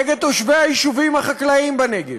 נגד תושבי היישובים החקלאים בנגב,